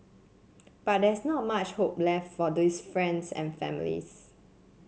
but there's not much hope left for these friends and families